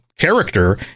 character